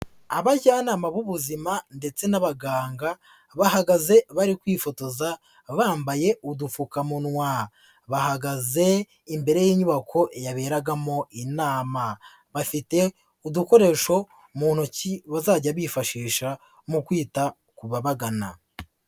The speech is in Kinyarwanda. Abajyanama b'ubuzima ndetse n'abaganga, bahagaze bari kwifotoza bambaye udupfukamunwa. Bahagaze imbere y'inyubako yaberagamo inama. Bafite udukoresho mu ntoki bazajya bifashisha mu kwita ku bababagana.